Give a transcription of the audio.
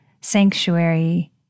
sanctuary